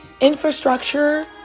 infrastructure